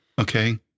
okay